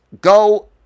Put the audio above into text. go